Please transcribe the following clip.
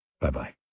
Bye-bye